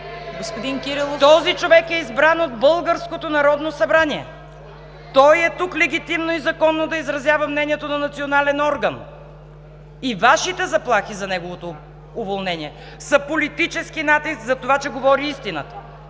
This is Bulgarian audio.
ГЕРБ: „Еее“.) Този човек е избран от българското Народно събрание. Той е тук легитимно и законно да изразява мнението на национален орган. И Вашите заплахи за неговото уволнение са политически натиск за това, че говори истината!